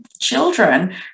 children